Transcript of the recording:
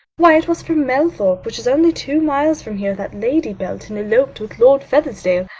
why, it was from melthorpe, which is only two miles from here, that lady belton eloped with lord fethersdale.